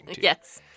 yes